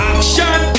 Action